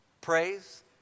Praise